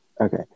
Okay